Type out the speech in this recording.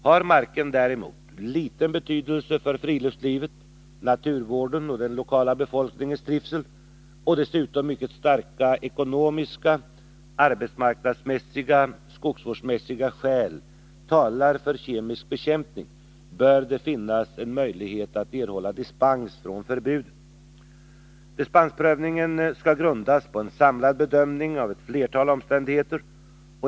Har marken däremot liten betydelse för friluftslivet, 10 december 1981 naturvården och den lokala befolkningens trivsel och dessutom mycket starka ekonomiska, arbetsmarknadsmässiga och skogsvårdsmässiga skäl Lag om spridning talar för kemisk bekämpning bör det finnas en möjlighet att erhålla dispens av bekämpningsfrån förbudet. medel över skogs Dispensprövningen skall grundas på en samlad bedömning av ett flertal mark omständigheter.